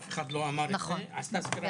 אף אחד לא אמר את זה, עשתה סקירה מעולה.